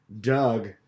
Doug